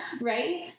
right